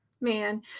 man